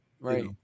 Right